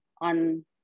on